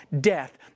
death